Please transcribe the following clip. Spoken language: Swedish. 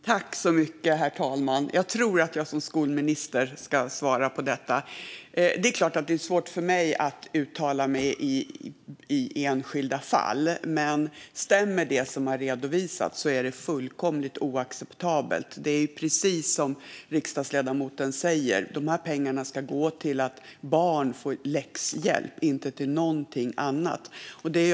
Herr talman! Jag tror att jag som skolminister ska svara på detta. Det är klart att det är svårt för mig att uttala mig i enskilda fall. Men om det som har redovisats stämmer är det fullkomligt oacceptabelt. Det är precis som riksdagsledamoten säger: De här pengarna ska gå till att barn får läxhjälp och inte till någonting annat.